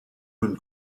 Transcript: une